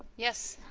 yes